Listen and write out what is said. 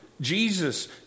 Jesus